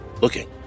looking